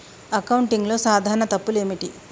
అకౌంటింగ్లో సాధారణ తప్పులు ఏమిటి?